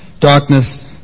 Darkness